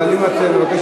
אבל אם את מבקשת,